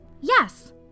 Yes